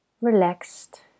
relaxed